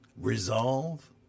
resolve